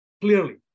clearly